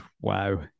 Wow